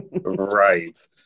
Right